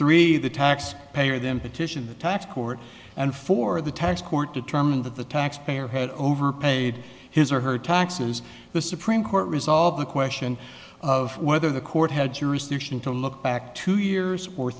three the tax payer then petition the tax court and for the tax court determined that the taxpayer had overpaid his or her taxes the supreme court resolved the question of whether the court had jurisdiction to look back two years or